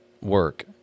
work